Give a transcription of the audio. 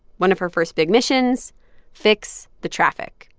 one of her first big missions fix the traffic,